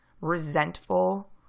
resentful